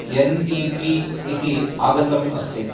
N E P इति आगतं अस्ति